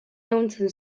ehuntzen